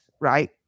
right